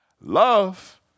love